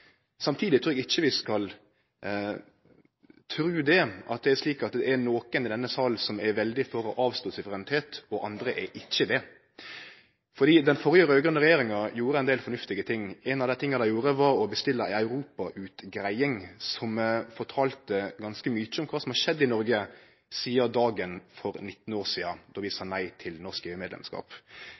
Samtidig trur eg ikkje vi skal tru at det er nokon i denne sal som er veldig for å avstå frå suverenitet, og andre er det ikkje. Den førre raud-grøne regjeringa gjorde ein del fornuftige ting. Ein av dei tinga de gjorde, var å bestille ei europautgreiing som fortalde ganske mykje om kva som har skjedd i Noreg sidan den dagen for 19 år sidan då vi sa nei til norsk